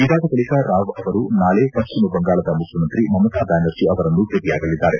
ಇದಾದ ಬಳಿಕ ರಾವ್ ಅವರು ನಾಳೆ ಪಶ್ಚಿಮ ಬಂಗಾಳದ ಮುಖ್ಯಮಂತ್ರಿ ಮಮತಾ ಬ್ಹಾನರ್ಜಿ ಅವರನ್ನು ಭೇಟಿಯಾಗಲಿದ್ದಾರೆ